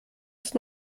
ist